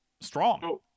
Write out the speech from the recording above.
strong